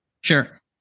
Sure